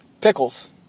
Pickles